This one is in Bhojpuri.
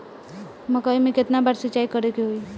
मकई में केतना बार सिंचाई करे के होई?